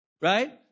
Right